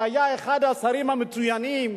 שהיה אחד השרים המצוינים,